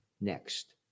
next